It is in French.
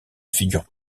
figure